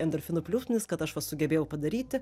endorfinų pliūpsnis kad aš va sugebėjau padaryti